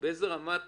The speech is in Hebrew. באיזה רמת